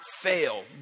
fail